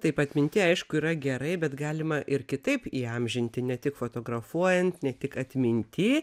taip atminty aišku yra gerai bet galima ir kitaip įamžinti ne tik fotografuojant ne tik atminty